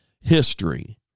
history